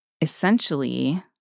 Essentially